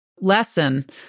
lesson